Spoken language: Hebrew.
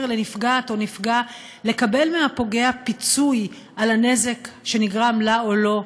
לנפגעת או לנפגע לקבל מהפוגע פיצוי על הנזק שנגרם לה או לו,